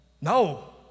No